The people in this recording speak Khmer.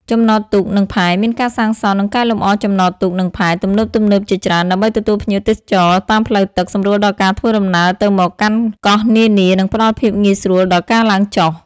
ចំណតទូក និងផែ មានការសាងសង់ និងកែលម្អ ចំណតទូក និងផែ ទំនើបៗជាច្រើន ដើម្បី ទទួលភ្ញៀវទេសចរតាមផ្លូវទឹក សម្រួលដល់ការធ្វើដំណើរទៅមកកាន់កោះនានា និងផ្តល់ភាពងាយស្រួលដល់ការឡើងចុះ។